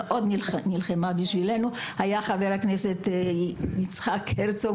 שמאוד נלחמה בשבילנו; והיה חבר הכנסת יצחק בוז'י הרצוג,